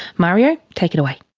mario, take it away.